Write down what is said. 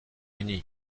uni